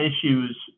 issues